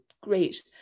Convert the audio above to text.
great